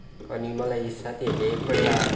अनि मलाई साथीहरूले एकपल्ट